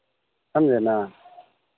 समझे ना